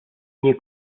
nie